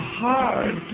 hard